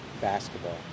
basketball